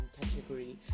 category